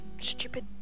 Stupid